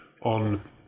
on